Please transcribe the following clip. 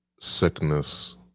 sickness